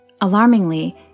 Alarmingly